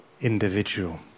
individual